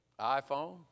iPhone